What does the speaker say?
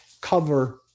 cover